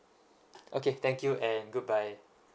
okay thank you and good bye